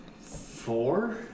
Four